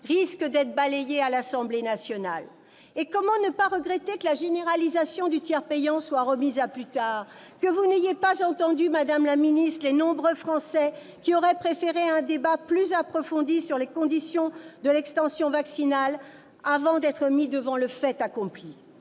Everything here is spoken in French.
risquent d'être balayés à l'Assemblée nationale. Par ailleurs, comment ne pas regretter que la généralisation du tiers payant soit remise à plus tard ou que vous n'ayez pas entendu, madame la ministre, les nombreux Français qui auraient préféré un débat plus approfondi sur les conditions de l'extension vaccinale avant d'être mis devant le fait accompli